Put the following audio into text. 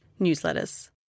newsletters